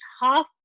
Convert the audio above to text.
half